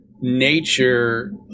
nature